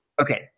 Okay